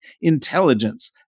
intelligence